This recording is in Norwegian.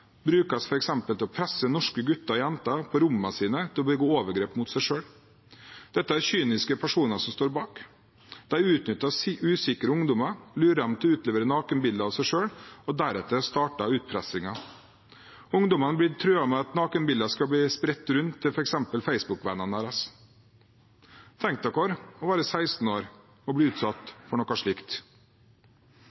brukes f.eks. til å presse norske gutter og jenter på rommene sine til å begå overgrep mot seg selv. Dette er det kyniske personer som står bak, de utnytter usikre ungdommer og lurer dem til å utlevere nakenbilder av seg selv, og deretter starter utpressingen. Ungdommene blir truet med at nakenbildene skal bli spredt rundt til f.eks. Facebook-vennene deres. Tenk dere å være 16 år og bli utsatt